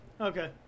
okay